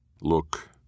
Look